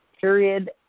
Period